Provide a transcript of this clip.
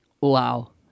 Wow